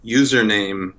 username